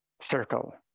circle